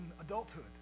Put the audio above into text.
adulthood